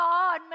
God